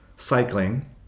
Cycling